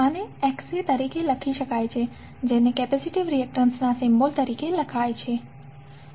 આને Xc તરીકે લખી શકાય છે જેને કેપેસિટીવ રિએક્ટન્સ ના સિમ્બોલ તરીકે લખાય છે